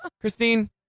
Christine